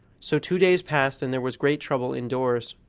so two days passed, and there was great trouble indoors.